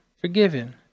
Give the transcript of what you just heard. forgiven